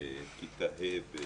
מכיתה ה'